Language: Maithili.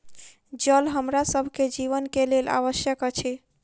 जल हमरा सभ के जीवन के लेल आवश्यक अछि